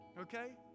okay